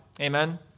Amen